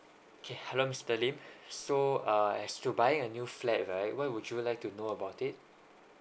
okay hello mr lim so uh as to buying a new flat right what would you like to know about it